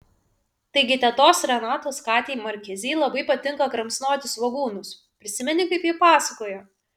taigi tetos renatos katei markizei labai patinka kramsnoti svogūnus prisimeni kaip ji pasakojo